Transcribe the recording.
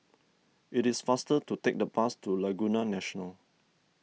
it is faster to take the bus to Laguna National